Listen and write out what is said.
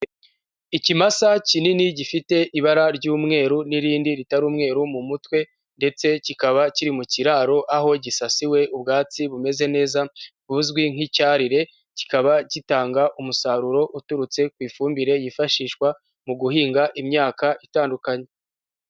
Ikimasa kinini gifite ibara ry'umweru n'irindi ritari umweru mu mutwe, ndetse kikaba kiri mu kiraro aho gisasiwe ubwatsi bumeze neza, buzwi nk'icyarire, kikaba gitanga umusaruro uturutse ku ifumbire yifashishwa mu guhinga imyaka itandukanye.